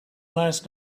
last